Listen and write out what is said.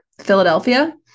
philadelphia